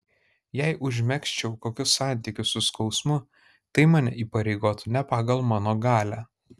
jei užmegzčiau kokius santykius su skausmu tai mane įpareigotų ne pagal mano galią